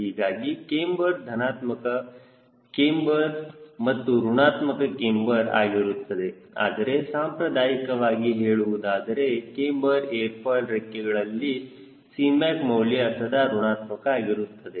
ಹೀಗಾಗಿ ಕ್ಯಾಮ್ಬರ್ ಧನಾತ್ಮಕ ಕ್ಯಾಮ್ಬರ್ ಮತ್ತು ಋಣಾತ್ಮಕ ಕ್ಯಾಮ್ಬರ್ ಆಗಿರುತ್ತದೆ ಆದರೆ ಸಾಂಪ್ರದಾಯಿಕವಾಗಿ ಹೇಳುವುದಾದರೆ ಕ್ಯಾಮ್ಬರ್ ಏರ್ ಫಾಯ್ಲ್ ರೆಕ್ಕೆಗಳಲ್ಲಿ Cmac ಮೌಲ್ಯ ಸದಾ ಋಣಾತ್ಮಕ ಆಗಿರುತ್ತದೆ